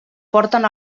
porten